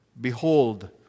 behold